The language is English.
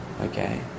Okay